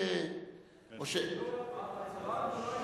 וזה רלוונטי לגבי הציבור הערבי,